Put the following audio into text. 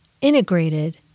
integrated